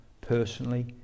personally